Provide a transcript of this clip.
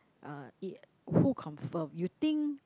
uh it who confirm you think